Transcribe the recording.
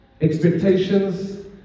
expectations